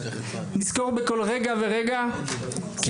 נזכור בכל רגע ורגע כי